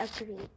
agreed